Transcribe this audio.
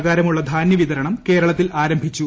പ്രകാരമുള്ള ധാന്യവിതരണം കേരളത്തിൽ ആരംഭിച്ചു